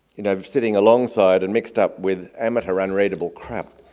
you know sitting alongside and mixed up with amateur, unreadable crap.